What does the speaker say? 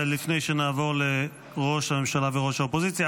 לפני שנעבור לראש הממשלה ולראש האופוזיציה,